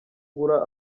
ngura